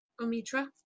Omitra